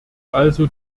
also